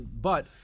but-